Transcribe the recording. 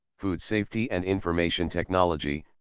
food safety and information technology,